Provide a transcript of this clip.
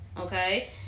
Okay